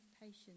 patience